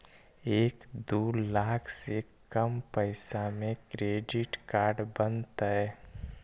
एक दू लाख से कम पैसा में क्रेडिट कार्ड बनतैय?